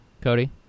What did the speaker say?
Cody